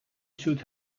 should